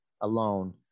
alone